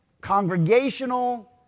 congregational